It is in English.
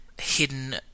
hidden